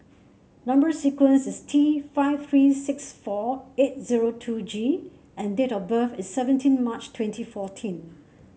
number sequence is T five three six four eight zero two G and date of birth is seventeen March twenty fourteen